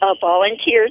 Volunteers